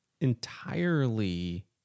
entirely